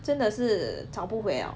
真的是找不回了